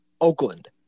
Oakland